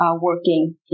working